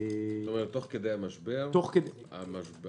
-- זאת אומרת תוך כדי המשבר האשראי